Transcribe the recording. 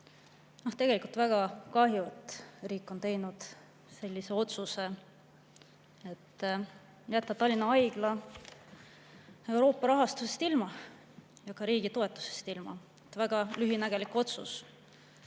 Tegelikult on väga kahju, et riik on teinud sellise otsuse, et jätta Tallinna Haigla Euroopa rahastusest ja ka riigi toetusest ilma. Väga lühinägelik otsus.